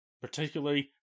particularly